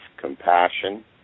compassion